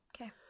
Okay